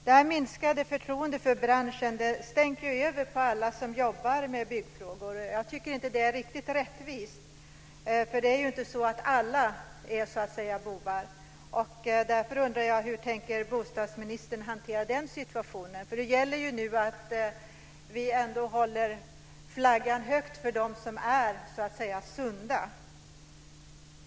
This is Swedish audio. Detta minskade förtroende för branschen stänker över på alla som jobbar med byggfrågor. Jag tycker inte att det är riktigt rättvist. Alla är ju inte bovar. Därför undrar jag hur bostadsministern tänker hantera den situationen. Det gäller nu att vi ändå håller flaggan högt för dem som är sunda.